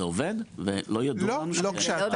זה עובד, ולא ידוע לנו שיש